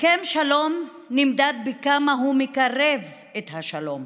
הסכם שלום נמדד בכמה הוא מקרב את השלום.